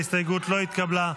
ההסתייגות לא התקבלה.